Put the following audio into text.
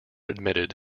admitted